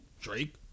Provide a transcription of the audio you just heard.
Drake